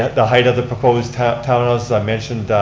the height of the proposed townhouses, i mentioned,